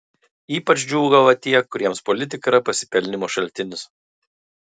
ypač džiūgavo tie kuriems politika yra pasipelnymo šaltinis